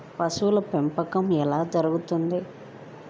పశువుల పెంపకం ఎలా జరుగుతుంది?